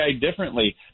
differently